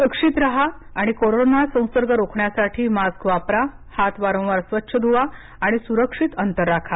सुरक्षित राहा आणि कोरोना संसर्ग रोखण्यासाठी मास्क वापरा हात वारंवार स्वच्छ धुवा आणि सुरक्षित अंतर राखा